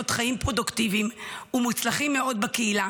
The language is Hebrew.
חיים פרודוקטיביים ומוצלחים מאוד בקהילה